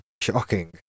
shocking